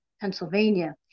Pennsylvania